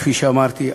כפי שאמרתי,